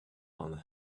and